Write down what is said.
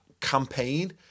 campaign